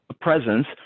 presence